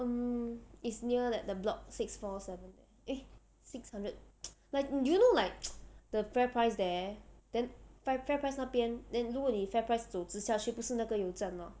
um is near at the block six four seven there eh six hundred like you know like the Fairprice there then Fairprice 那边 than 如果你 Fairprice 走直下去不是那个油站 lor